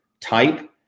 type